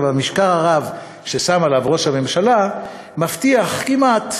אך המשקל הרב ששם עליו ראש הממשלה מבטיח כמעט,